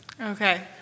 Okay